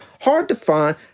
hard-to-find